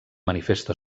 manifesta